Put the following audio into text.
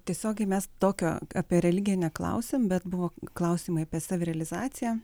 tiesiogiai mes tokio apie religiją neklausėm bet buvo klausimai apie savirealizaciją